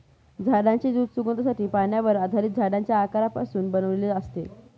झाडांचे दूध सुगंधासाठी, पाण्यावर आधारित झाडांच्या अर्कापासून बनवलेले असते